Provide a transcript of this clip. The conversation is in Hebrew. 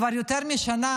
כבר יותר משנה,